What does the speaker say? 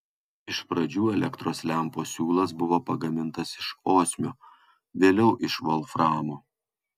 iš pradžių elektros lempos siūlas buvo pagamintas iš osmio vėliau iš volframo